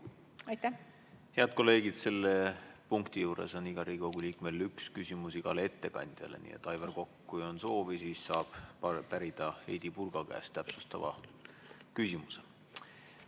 Head kolleegid, selle punkti juures on igal Riigikogu liikmel üks küsimus igale ettekandjale. Nii et, Aivar Kokk, kui on soovi, siis saab pärida Heidy Purga käest täpsustava küsimuse.